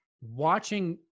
watching